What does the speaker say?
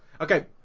Okay